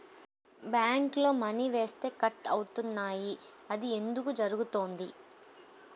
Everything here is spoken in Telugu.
బ్యాంక్లో మని వేస్తే కట్ అవుతున్నాయి అది ఎందుకు జరుగుతోంది?